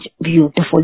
beautiful